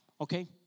Okay